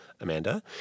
Amanda